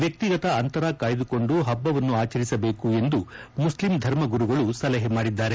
ವ್ಯಕ್ತಿಗತ ಅಂತರ ಕಾಯ್ದುಕೊಂದು ಹಬ್ಬವನ್ನು ಆಚರಿಸಬೇಕು ಎಂದು ಮುಸ್ಲಿಂ ಧರ್ಮಗುರುಗಳು ಸಲಹೆ ಮಾಡಿದ್ದಾರೆ